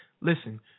Listen